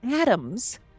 atoms